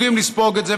יודעים לספוג את זה.